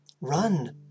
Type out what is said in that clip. Run